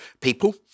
people